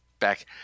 back